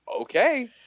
okay